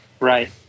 Right